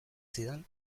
zidan